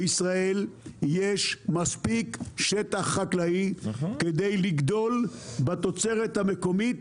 בישראל יש מספיק שטח חקלאי כדי לגדול בתוצרת המקומית,